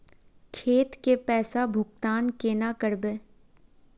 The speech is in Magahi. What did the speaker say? खेत के पैसा भुगतान केना करबे?